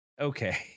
okay